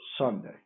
Sunday